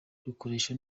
rukoresha